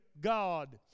God